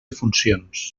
funcions